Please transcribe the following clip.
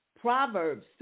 Proverbs